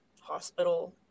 hospital